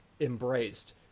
embraced